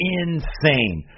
insane